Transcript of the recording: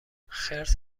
خرس